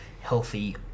healthy